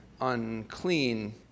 unclean